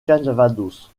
calvados